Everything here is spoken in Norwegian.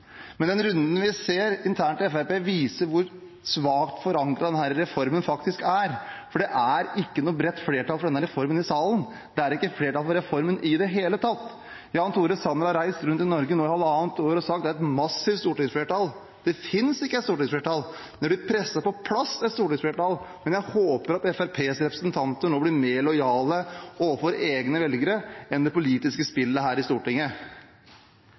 Men den runden vi ser internt i Fremskrittspartiet, viser hvor svakt forankret denne reformen faktisk er. Det er ikke noe bredt flertall for denne reformen i salen. Det er ikke flertall for reformen i det hele tatt. Jan Tore Sanner har reist rundt i Norge nå i halvannet år og sagt at det er et massivt stortingsflertall. Det finnes ikke et stortingsflertall – det er blitt presset på plass et stortingsflertall. Men jeg håper at Fremskrittspartiets representanter nå blir mer lojale overfor egne velgere enn overfor det politiske spillet her i Stortinget,